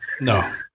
No